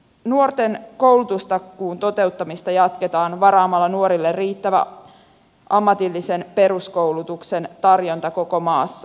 nuorten koulutustakuun toteuttamista jatketaan varaamalla nuorille riittävä ammatillisen peruskoulutuksen tarjonta koko maassa